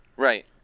Right